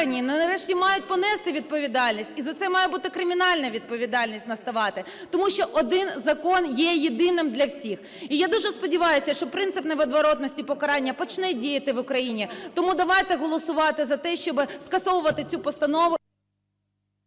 нарешті мають понести відповідальність, і за це має бути кримінальна відповідальність наставати, тому що один закон є єдиним для всіх. І я дуже сподіваюся, що принцип невідворотності покарання почне діяти в Україні. Тому давайте голосувати за те, щоб скасовувати цю постанову…